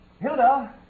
Hilda